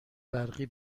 برقی